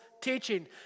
teaching